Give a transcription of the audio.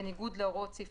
בניגוד להוראות סעיף